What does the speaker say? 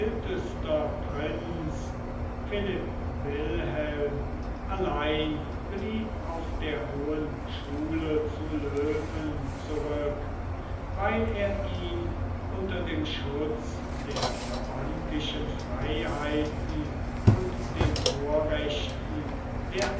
philipp wilhelm allein blieb auf der hohen schule zu löwen zurück weil er ihn unter dem schutze der brabantischen freiheiten und den vorrechten der